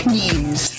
news